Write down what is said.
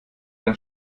dein